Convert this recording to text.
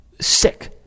sick